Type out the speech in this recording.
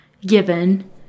given